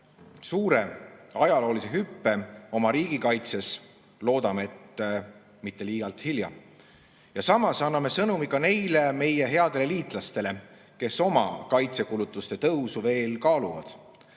suure ajaloolise hüppe oma riigikaitses. Loodame, et mitte liialt hilja. Samas anname sõnumi ka neile meie headele liitlastele, kes oma kaitsekulutuste tõusu veel kaaluvad.